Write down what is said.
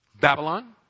Babylon